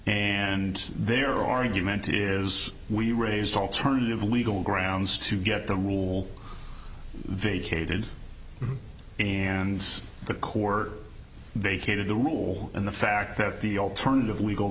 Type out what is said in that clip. and their argument is we raised alternative legal grounds to get the rule vacated and the corps vacated the rule and the fact that the alternative legal